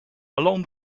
along